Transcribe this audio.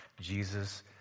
Jesus